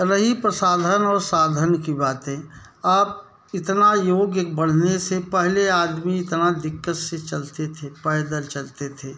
रही प्रसाधन और साधन की बातें आप कितना योग्य एक बनने से पहले आदमी इतना इतना दिक्कत से चलते थे पैदल चलते थे